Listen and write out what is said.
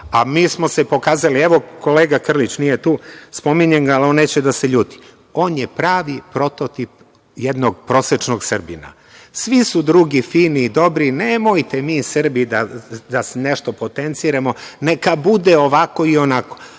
smo se pokazali… Evo, kolega Krlić nije tu, spominjem ga, ali on neće da se ljuti, on je pravi prototip jednog prosečnog Srbina. Svi su drugi fini i dobri, nemojte mi Srbi da nešto potenciramo, neka bude ovako i onako.